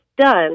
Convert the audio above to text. done